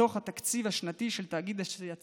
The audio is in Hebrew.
מתוך התקציב השנתי של תאגיד השידור,